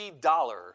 dollar